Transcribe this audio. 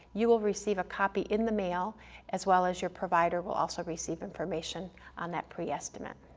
you will receive a copy in the mail as well as your provider will also receive information on that pre-estimate.